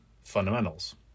fundamentals